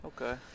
Okay